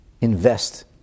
invest